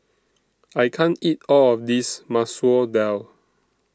I can't eat All of This Masoor Dal